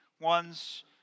one's